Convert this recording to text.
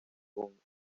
con